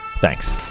Thanks